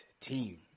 team